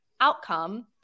outcome